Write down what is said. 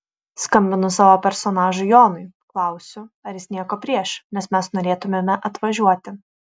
skambinu savo personažui jonui klausiu ar jis nieko prieš nes mes norėtumėme atvažiuoti